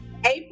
April